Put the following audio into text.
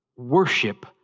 Worship